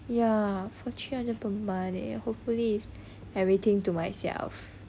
ya for three hundred per month eh hopefully everything to myself